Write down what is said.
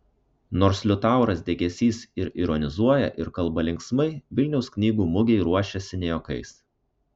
nors liutauras degėsys ir ironizuoja ir kalba linksmai vilniaus knygų mugei ruošiasi ne juokais